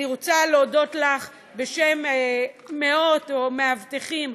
אני רוצה להודות לך בשם מאות מאבטחים,